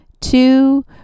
two